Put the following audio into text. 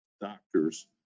doctors